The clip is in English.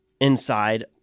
inside